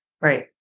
right